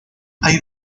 hay